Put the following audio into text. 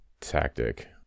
tactic